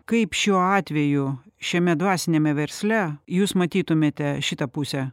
kaip šiuo atveju šiame dvasiniame versle jūs matytumėte šitą pusę